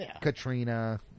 Katrina